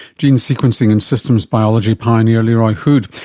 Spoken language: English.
gene sequencing and systems biology pioneer leroy hood,